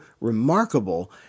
remarkable